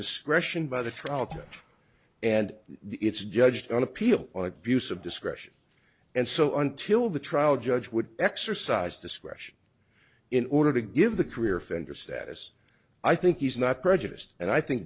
discretion by the trial judge and it's judged on appeal views of discretion and so until the trial judge would exercise discretion in order to give the career offender status i think he's not prejudiced and i think